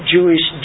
Jewish